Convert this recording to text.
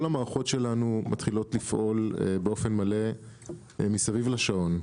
כל המערכות שלנו מתחילות לפעול באופן מלא מסביב לשעון.